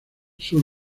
sur